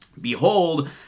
Behold